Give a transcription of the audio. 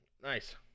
Nice